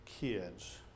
kids